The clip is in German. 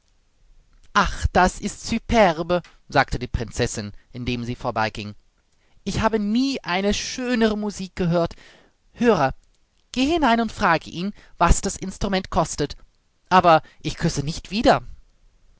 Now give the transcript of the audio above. ach das ist superbe sagte die prinzessin indem sie vorbei ging ich habe nie eine schönere musik gehört höre gehe hinein und frage ihn was das instrument kostet aber ich küsse nicht wieder